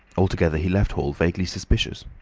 altogether he left hall vaguely suspicious.